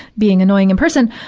being annoying in person.